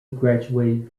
graduated